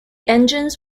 engines